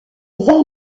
vin